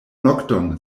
nokton